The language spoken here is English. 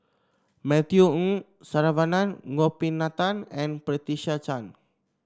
Matthew Ngui Saravanan Gopinathan and Patricia Chan